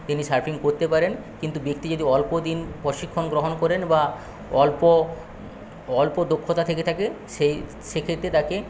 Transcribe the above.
তিনি সার্ফিং করতে পারেন কিন্তু ব্যক্তি যদি অল্প দিন প্রশিক্ষণ গ্রহণ করেন বা অল্প অল্প দক্ষতা থেকে থাকে সেই সেক্ষেত্রে তাকে